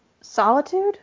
Solitude